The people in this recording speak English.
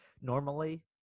normally